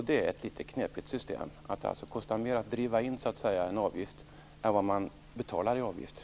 Det är ett knepigt system att kostnaden för att driva in en avgift är större än själva avgiften.